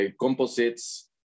composites